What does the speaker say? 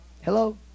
Hello